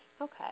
Okay